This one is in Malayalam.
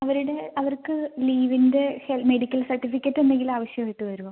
അവരുടെ അവർക്ക് ലീവിൻ്റെ ഷെൽ മെഡിക്കൽ സർട്ടിഫിക്കറ്റ് എന്തെങ്കിലും ആവശ്യം ആയിട്ട് വരുമോ